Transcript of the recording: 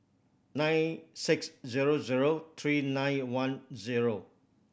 nine six zero zero three nine one zero